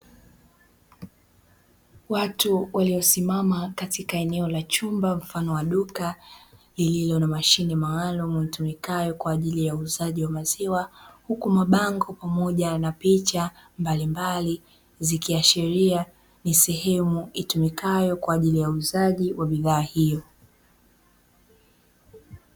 Watu waliosimama katika eneo la chumba mfano wa duka, lenye mashine maalum litumikayo kwa ajili ya usajili wa maziwa, huku mabango pamoja na picha mbalimbali zikiashiria ni sehemu itumikayo kwa ajili ya usajili wa bidhaa hiyo.